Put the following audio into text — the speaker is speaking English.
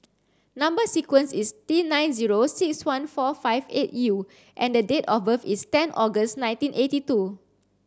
number sequence is T nine zero six one four five eight U and the date of birth is ten August nineteen eighty two